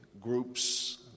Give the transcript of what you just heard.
groups